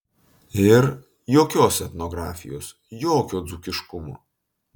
ir jokios etnografijos jokio dzūkiškumo